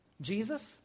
Jesus